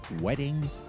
Wedding